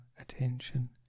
attention